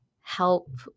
help